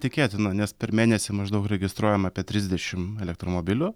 tikėtina nes per mėnesį maždaug registruojam apie trisdešim elektromobilių